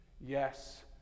Yes